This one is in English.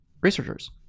researchers